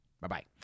Bye-bye